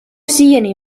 siiani